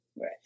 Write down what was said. Right